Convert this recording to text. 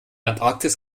antarktis